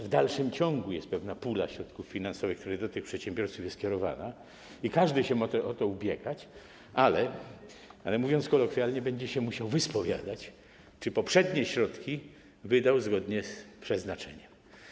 W dalszym ciągu jest pewna pula środków finansowych, która do tych przedsiębiorców jest kierowana, i każdy się może o nie ubiegać, ale - mówiąc kolokwialnie - będzie się musiał wyspowiadać, czy poprzednie środki wydał zgodnie z przeznaczeniem.